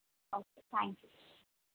okay thanks